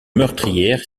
meurtrières